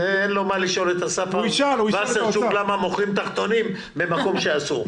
אין לו מה לשאול את אסף וסרצוג למה מוכרים תחתונים במקום שאסור.